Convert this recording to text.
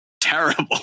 terrible